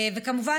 וכמובן,